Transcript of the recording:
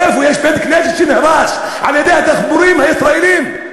איפה יש בית-כנסת שנהרס על-ידי הדחפורים הישראליים?